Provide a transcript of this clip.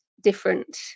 different